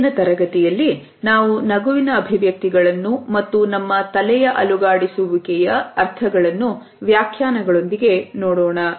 ಮುಂದಿನ ತರಗತಿಯಲ್ಲಿ ನಾವು ನಗುವಿನ ಅಭಿವ್ಯಕ್ತಿಗಳನ್ನು ಮತ್ತು ನಮ್ಮ ತಲೆಯ ಅಲುಗಾಡಿಸುವ ಕೆಯ ಅರ್ಥಗಳನ್ನು ವ್ಯಾಖ್ಯಾನಗಳೊಂದಿಗೆ ನೋಡೋಣ